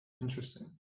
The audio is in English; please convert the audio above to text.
Interesting